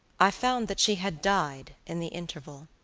i found that she had died in the interval.